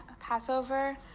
Passover